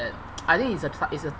I think it's a try it's a